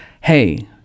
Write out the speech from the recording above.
Hey